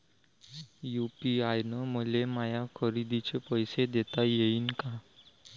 UPI न मले माया खरेदीचे पैसे देता येईन का?